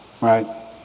right